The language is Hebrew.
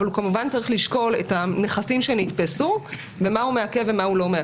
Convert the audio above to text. כמובן את הנכסים שנתפסו ומה הוא מעכב ומה לא.